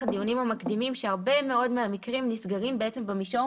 הדיונים המקדימים שהרבה מאוד מהמקרים נסגרים במישור